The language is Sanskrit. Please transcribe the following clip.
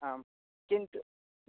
आं किन्तु